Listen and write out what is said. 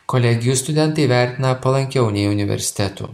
kolegijų studentai vertina palankiau nei universitetų